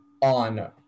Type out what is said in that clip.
on